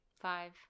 five